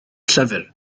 llyfr